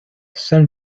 sun